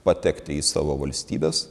patekti į savo valstybes